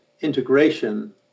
integration